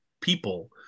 people